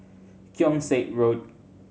Keong Saik Road